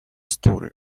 story